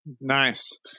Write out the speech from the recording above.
nice